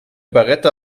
beretta